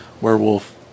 werewolf